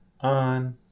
on